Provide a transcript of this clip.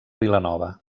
vilanova